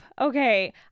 Okay